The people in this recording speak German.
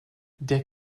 der